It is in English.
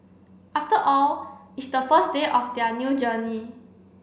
after all it's the first day of their new journey